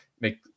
make